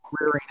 rearing